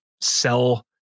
sell